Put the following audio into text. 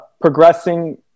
progressing